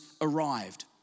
arrived